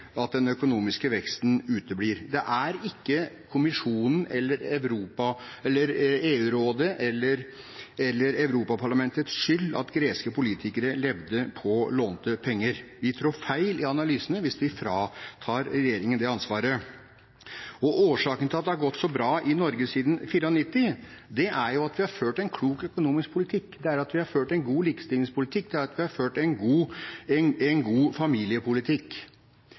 at den økonomiske veksten uteblir. Det er ikke kommisjonens, EUs råd eller Europaparlamentets skyld at greske politikere levde på lånte penger. Man trår feil i analysene hvis man fratar regjeringen det ansvaret. Årsaken til at det har gått så bra i Norge siden 1994, er at vi har ført en klok økonomisk politikk, at vi har ført en god likestillingspolitikk, og at vi har ført en god